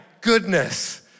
goodness